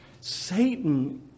Satan